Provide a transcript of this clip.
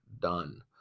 done